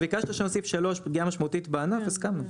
ביקשנו שנוסיף 3 פגיעה משמעותית בענף, הסכמנו.